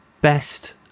best